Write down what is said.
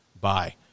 bye